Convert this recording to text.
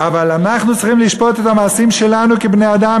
אבל אנחנו צריכים לשפוט את המעשים שלנו כבני-אדם,